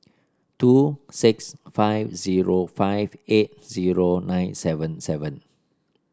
two six five zero five eight zero nine seven seven